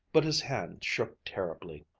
but his hand shook terribly.